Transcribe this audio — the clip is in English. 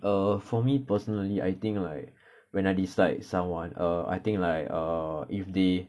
err for me personally I think like when I dislike someone err I think like err if they